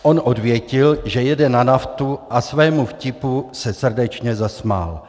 On odvětil, že jede na naftu a svému vtipu se srdečně zasmál.